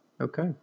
okay